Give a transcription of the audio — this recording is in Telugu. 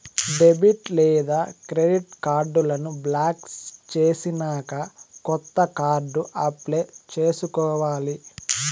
డెబిట్ లేదా క్రెడిట్ కార్డులను బ్లాక్ చేసినాక కొత్త కార్డు అప్లై చేసుకోవాలి